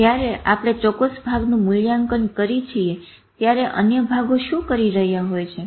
જયારે આપણે ચોક્કસ ભાગનું મૂલ્યાંકન કરી છીએ ત્યારે અન્ય ભાગો શું કરી રહ્યા હોય છે